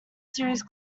series